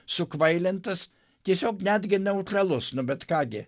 sukvailintas tiesiog netgi neutralus bet ką gi